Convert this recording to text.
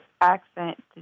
accent